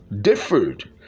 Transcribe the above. differed